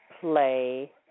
play